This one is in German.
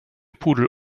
pudel